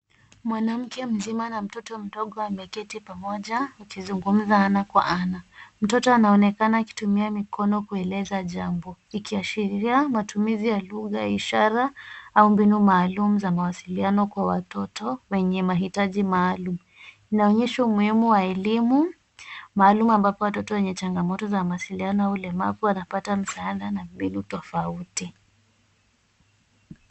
Mwanamke mzima na mtoto mdogo wameketi pamoja wakizungumza ana kwa ana. Mtoto anaonekana akitumia mikono kueleza jambo, ikiashiria matumizi ya lugha ya ishara au mbinu maalumu za mawasiliano kwa watoto wenye mahitaji maalum. Inaonyesha umuhimu wa elimu maalum, ambapo watoto wenye changamoto za mawasiliano au ulemavu wanapata msaada na mbinu tofauti.